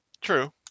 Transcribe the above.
True